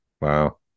Wow